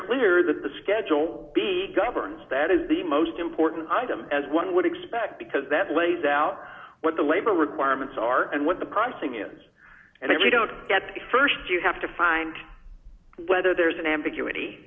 clear that the schedule the governs that is the most important item as one would expect because that lays out what the labor requirements are and what the pricing is and if we don't get st you have to find whether there's an ambiguity